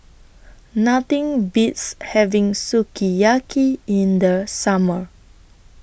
Nothing Beats having Sukiyaki in The Summer